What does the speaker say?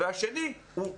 והשני הוא עממי,